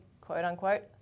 quote-unquote